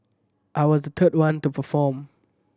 I was the third one to perform